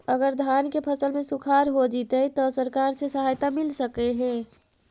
अगर धान के फ़सल में सुखाड़ होजितै त सरकार से सहायता मिल सके हे?